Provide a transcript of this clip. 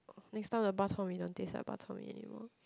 next time the bak-chor-mee don't taste like bak-chor-mee anymore